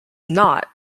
not